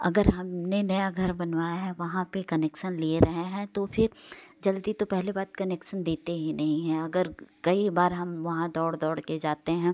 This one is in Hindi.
अगर हमने नया घर बनवाया है वहाँ पर कनेक्सन ले रहे हैं तो फिर जल्दी तो पहली बात कनेक्सन देते ही नहीं हैं अगर कई बार हम वहाँ दौड़ दौड़ कर जाते हैं